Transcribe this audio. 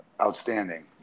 outstanding